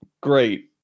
Great